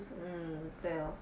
mm 对 lor